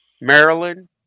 Maryland